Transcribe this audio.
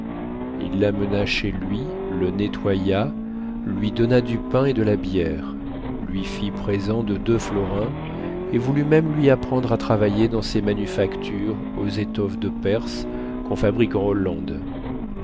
il l'amena chez lui le nettoya lui donna du pain et de la bière lui fit présent de deux florins et voulut même lui apprendre à travailler dans ses manufactures aux étoffes de perse qu'on fabrique en hollande